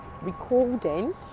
recording